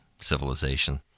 Civilization